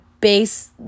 base